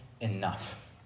enough